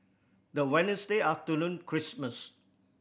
the Wednesday after Christmas